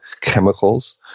chemicals